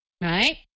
Right